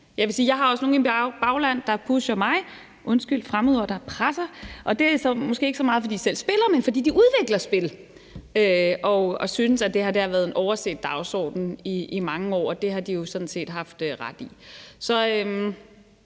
jeg også har nogle i mit bagland, der presser mig i forhold til det, og det er måske ikke så meget, fordi de selv spiller, men fordi de udvikler spil og synes, at det her har været en overset dagsorden i mange år, og det har de jo sådan set haft ret i. Så